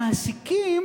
המעסיקים,